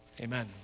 amen